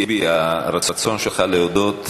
ההצעה להעביר את